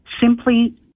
Simply